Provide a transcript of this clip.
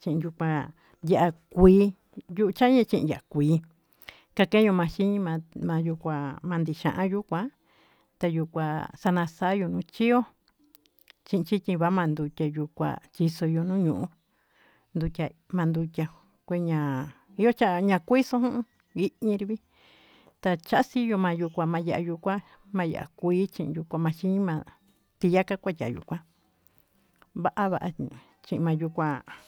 chin yuu kuá ya'á kuí yuu chanya chiya'a ya'á kuí kakeño maxhini yá yuu kuá, kuandi xhiayuu kuán tayuu kuá xana xayuu nuu chío chí chinchi va'a mandute yuu kuá tixoyo nuu ñuu nduchá manduchiá kueña yoxhia makuixón, hiirvi tataxiyuu mandukuá mayayu kuá ma'a ya'á kuii manduku maxima'a tiyaka kuacha yuu kuá va va'a chí mayukuá.